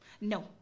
no